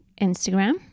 Instagram